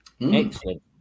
Excellent